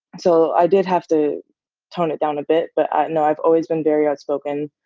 so i did have to tone it down a bit. but, no, i've always been very outspoken,